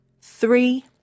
three